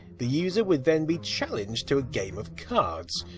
the user would then be challenged to a game of cards.